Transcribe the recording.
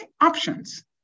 options